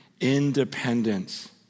independence